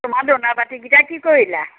তোমাৰ ধূনা বাটিকেইটা কি কৰিলা